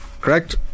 Correct